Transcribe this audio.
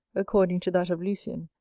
according to that of lucian,